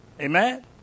Amen